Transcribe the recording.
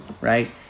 right